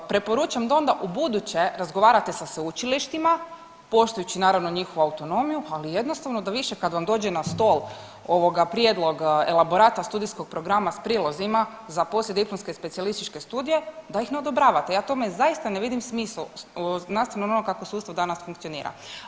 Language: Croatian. Preporučam da onda u buduće razgovarate sa sveučilištima poštujući naravno njihovu autonomiju, ali jednostavno da više kad vam dođe na stol ovoga prijedlog elaborata studijskog programa s prilozima za poslijediplomske specijalističke studije da ih ne odobravate, ja tome zaista ne vidim smisla nastavno onome kako sustav danas funkcionira.